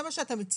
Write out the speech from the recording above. זה מה שאתה מציע,